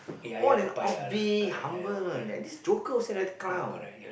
all and off be humble that this joker will say like a clown